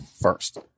first